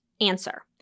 answer